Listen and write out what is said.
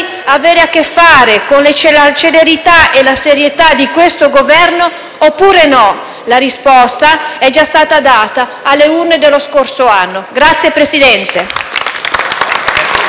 avere a che fare con la celerità e la serietà di questo Governo oppure no. La risposta è stata già data alle urne dello scorso anno. *(Applausi